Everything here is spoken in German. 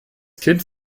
kind